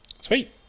Sweet